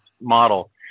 model